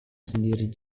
sendiri